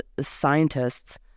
scientists